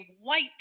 white